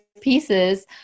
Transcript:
pieces